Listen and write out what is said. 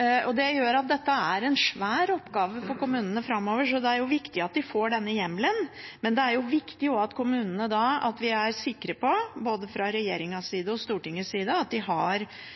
Det gjør at dette er en svær oppgave for kommunene framover, så det er viktig at de får denne hjemmelen. Men det er også viktig at vi er sikre på, både fra regjeringens side og Stortingets side, at kommunene har nødvendig kompetanse for å kunne gjennomføre dette på en god måte, og at de har